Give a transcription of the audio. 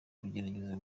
kugerageza